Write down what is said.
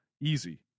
Easy